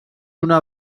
una